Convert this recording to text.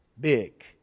Big